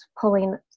pulling